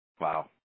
Wow